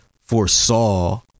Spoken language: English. foresaw